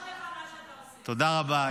כל הכבוד לך מה שאתה עושה --- תודה רבה.